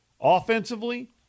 offensively